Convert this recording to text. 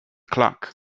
clock